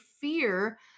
fear